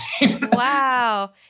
Wow